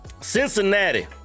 Cincinnati